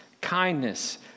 kindness